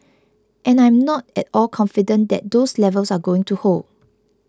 and I'm not at all confident that those levels are going to hold